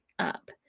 up